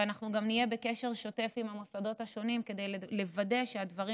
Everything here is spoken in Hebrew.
ואנחנו נהיה בקשר שוטף עם המוסדות השונים כדי לוודא שהדברים